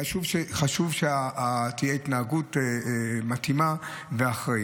חשוב שתהיה התנהגות מתאימה ואחראית.